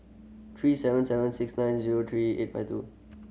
three seven seven six nine zero three eight five two